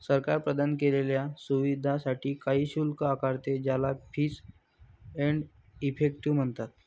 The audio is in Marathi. सरकार प्रदान केलेल्या सुविधांसाठी काही शुल्क आकारते, ज्याला फीस एंड इफेक्टिव म्हणतात